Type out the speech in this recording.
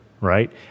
right